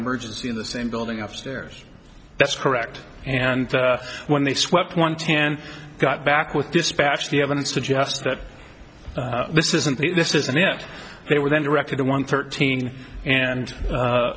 emergency in the same building up stairs that's correct and when they swept one ten got back with dispatch the evidence suggests that this isn't this isn't it they were then directed to one thirteen and